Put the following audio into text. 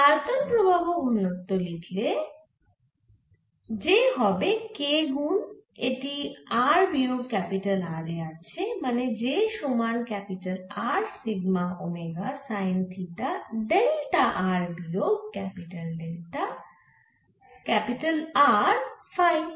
আয়তন প্রবাহ ঘনত্ব হিসেবে লিখলে j হবে k গুন এটি r বিয়োগ R এ আছে মানে j সমান R sigma omega sine theta delta r বিয়োগ R ফাই